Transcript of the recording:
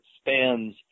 spans